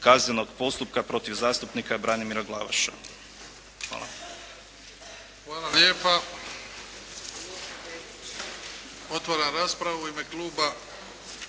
kaznenog postupka protiv zastupnika Branimira Glavaša. Hvala.